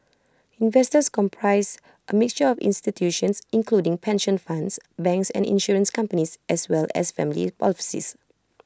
investors comprise A mixture of institutions including pension funds banks and insurance companies as well as family offices